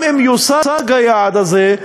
גם אם יושג היעד הזה,